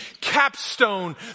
capstone